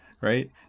right